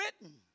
written